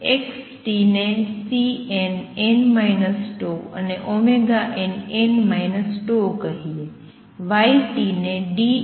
X ને Cnn τ અને nn τકહીએ